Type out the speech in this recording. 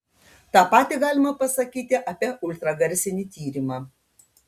tą patį galima pasakyti apie ultragarsinį tyrimą